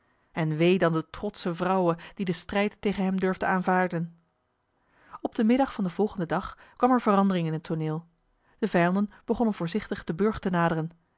en wee dan de trotsche vrouwe die den strijd tegen hem durfde aanvaarden op den middag van den volgenden dag kwam er verandering in het tooneel de vijanden begonnen voorzichtig den burcht te naderen